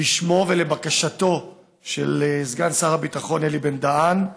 בשמו ולבקשתו של סגן שר הביטחון אלי בן-דהן,